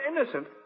innocent